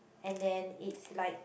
and then it's like